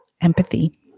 empathy